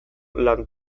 lan